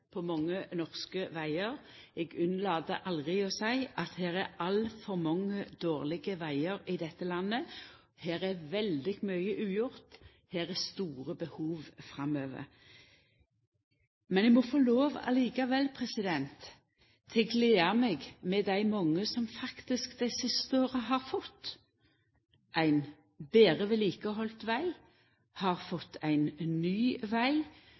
på mange norske vegar. Eg unnlèt aldri å seia at det er altfor mange dårlege vegar i dette landet. Her er veldig mykje ugjort. Det er store behov framover. Eg må likevel få lov til å gleda meg med dei mange som faktisk dei siste åra har fått ein betre vedlikehalden veg, har fått ein ny veg,